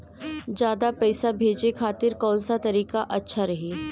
ज्यादा पईसा भेजे खातिर कौन सा तरीका अच्छा रही?